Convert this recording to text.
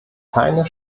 keine